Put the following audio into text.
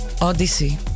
odyssey